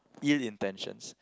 ill intentions